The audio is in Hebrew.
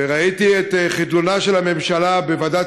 וראיתי את חדלונה של הממשלה בוועדת